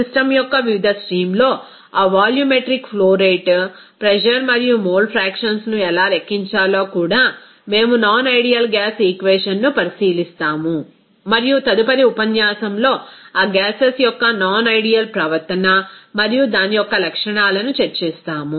system యొక్క వివిధ స్ట్రీమ్లో ఆ వాల్యూమెట్రిక్ ఫ్లో రేట్ ప్రెజర్ మరియు మోల్ ఫ్రాక్షన్స్ ను ఎలా లెక్కించాలో కూడా మేము నాన్ ఐడియల్ గ్యాస్ ఈక్వేషన్ను పరిశీలిస్తాము మరియు తదుపరి ఉపన్యాసంలో ఆ గ్యాసెస్ యొక్క నాన్ డియల్ ప్రవర్తన మరియు దాని యొక్క లక్షణాలను చర్చిస్తాము